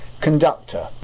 conductor